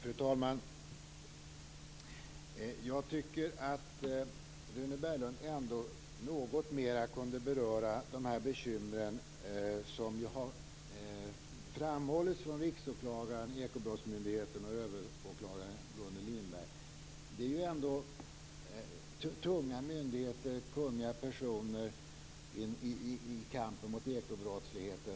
Fru talman! Jag tycker att Rune Berglund något mer kunde beröra de bekymmer som har framhållits av Riksåklagaren, Ekobrottsmyndigheten och överåklagare Gunnel Lindberg. Det är tunga myndigheter och kunniga personer i kampen mot ekobrottsligheten.